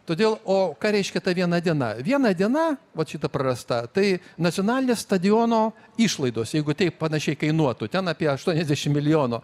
todėl o ką reiškia ta viena diena viena diena vat šita prarasta tai nacionalinio stadiono išlaidos jeigu taip panašiai kainuotų ten apie aštuoniasdešim milijonų